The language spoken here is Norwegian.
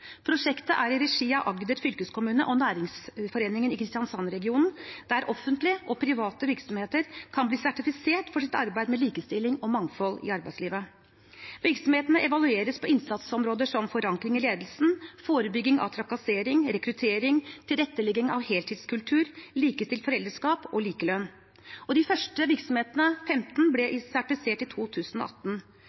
Prosjektet er i regi av Agder fylkeskommune og Næringsforeningen i Kristiansandsregionen, der offentlige og private virksomheter kan bli sertifisert for sitt arbeid med likestilling og mangfold i arbeidslivet. Virksomhetene evalueres på innsatsområder som forankring i ledelsen, forebygging av trakassering, rekruttering, tilrettelegging av heltidskultur, likestilt foreldreskap og likelønn. De første 15 virksomhetene ble sertifisert i 2018.